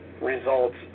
results